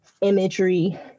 imagery